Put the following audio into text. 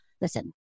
Listen